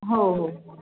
हो हो